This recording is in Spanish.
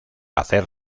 hacer